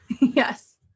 Yes